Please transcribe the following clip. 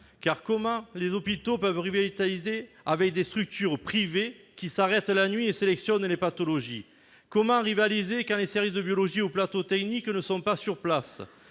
Car comment les hôpitaux peuvent-ils rivaliser avec des structures privées qui s'arrêtent la nuit et sélectionnent les pathologies ? Comment rivaliser quand les services de biologie ou les plateaux techniques ne sont pas sur place ?